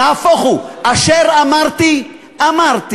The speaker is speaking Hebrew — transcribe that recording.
נהפוך הוא: אשר אמרתי אמרתי,